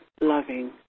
loving